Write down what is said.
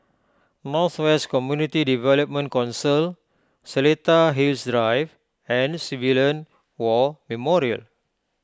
North West Community Development Council Seletar Hills Drive and Civilian War Memorial